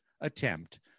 attempt